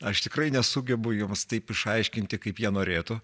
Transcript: aš tikrai nesugebu jiems taip išaiškinti kaip jie norėtų